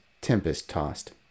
tempest-tossed